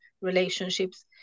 relationships